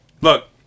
look